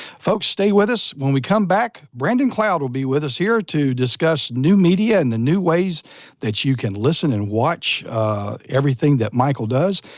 folks, stay with us, when we come back brandon cloud will be with us here to discuss new media and the new ways that you can listen and watch everything that michael does.